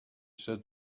said